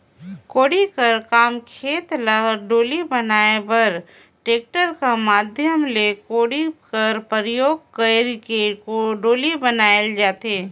कोड़ी कर काम खेत ल डोली बनाए बर टेक्टर कर माध्यम ले कोड़ी कर परियोग कइर के डोली बनाल जाथे